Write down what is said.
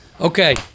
Okay